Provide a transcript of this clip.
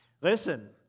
Listen